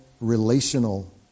relational